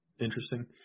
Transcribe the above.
Interesting